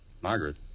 Margaret